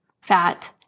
fat